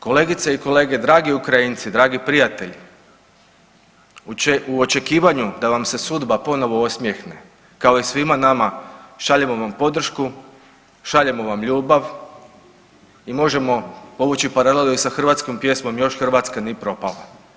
Kolegice i kolege, dragi Ukrajinci, dragi prijatelji, u očekivanju da vam se sudba ponovo osmjehne kao i svima nama šaljemo vam podršku, šaljemo vam ljubav i možemo povući i paralelu i sa hrvatskom pjesmom još Hrvatska ni proprala.